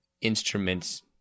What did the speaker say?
instruments